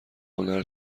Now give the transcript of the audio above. هنر